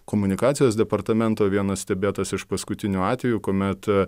komunikacijos departamento vienas stebėtas iš paskutinių atvejų kuomet